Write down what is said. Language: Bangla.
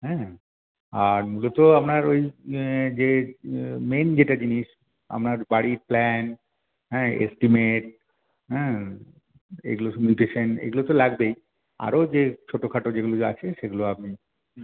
হ্যাঁ আর মূলত আপনার ওই যে মেন যেটা জিনিস আপনার বাড়ির প্ল্যান হ্যাঁ এস্টিমেট হ্যাঁ এইগুলো সব মিউটেশন এগুলো তো লাগবেই আরও যে ছোটো খাটো যেগুলো যা আছে সেগুলো আপনি